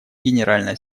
генеральной